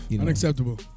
Unacceptable